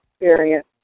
experience